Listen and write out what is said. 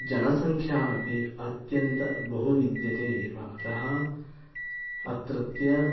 जनसंख्या अपि अत्यन्त बहु विद्यते एव अतः अत्रत्यः